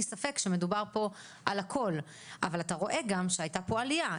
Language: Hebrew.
ספק שמדובר פה על הכל אבל אתה רואה גם שהייתה פה עלייה,